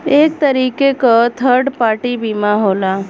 एक तरीके क थर्ड पार्टी बीमा होला